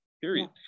period